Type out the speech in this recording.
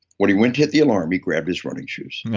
when he went to hit the alarm, he grabbed his running shoes.